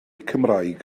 cymraeg